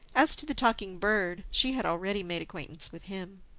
as to the talking bird, she had already made acquaintance with him.